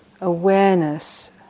awareness